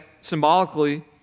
symbolically